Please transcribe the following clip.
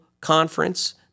conference